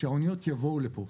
שהאוניות יבואו לפה.